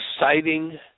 exciting